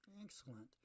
excellent